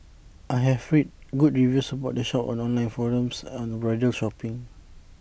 I have read good reviews about the shop on online forums on bridal shopping